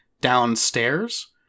downstairs